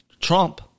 Trump